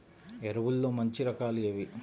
ఎరువుల్లో మంచి రకాలు ఏవి?